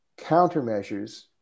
countermeasures